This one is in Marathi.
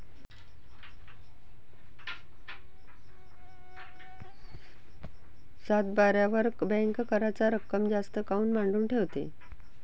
सातबाऱ्यावर बँक कराच रक्कम जास्त काऊन मांडून ठेवते?